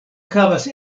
havas